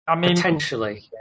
Potentially